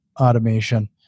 automation